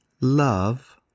love